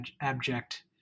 abject